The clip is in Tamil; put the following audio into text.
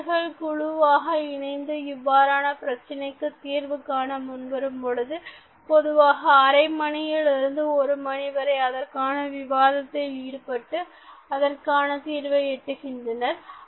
மனிதர்கள் குழுவாக இணைந்து இவ்வாறான பிரச்சினைக்கு தீர்வு காண முன்வரும் பொழுது பொதுவாக அரை மணியிலிருந்து ஒரு மணி வரை அதற்கான விவாதத்தில் ஈடுபட்டு அதற்கான தீர்வை எட்டுகின்றன